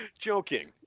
Joking